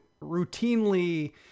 routinely